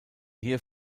hier